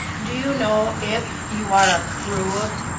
do you know, if you are approved,